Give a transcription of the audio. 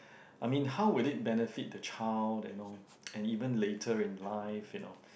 I mean how will it benefit the child they know and even later in life you know